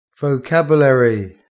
Vocabulary